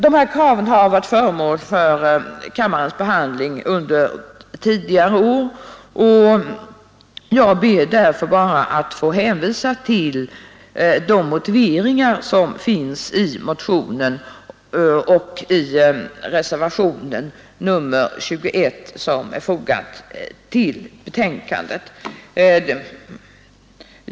Dessa krav har varit föremål för kammarens behandling under tidigare år, och jag ber därför bara att få hänvisa till de motiveringar som finns i motionen och i reservationen 21, som är fogad till utskottets betänkande.